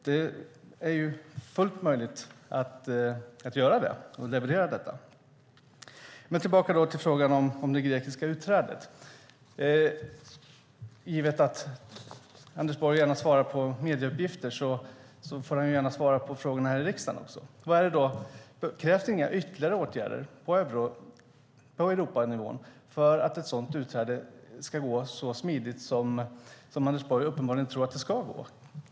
Det är fullt möjligt att göra det och leverera detta. Tillbaka till frågan om det grekiska utträdet. Givet att Anders Borg gärna svarar på medieuppgifter får han gärna svara på frågorna här i riksdagen också. Krävs det inga ytterligare åtgärder på Europanivå för att ett sådant utträde ska gå så smidigt som Anders Borg uppenbarligen tror att det ska gå?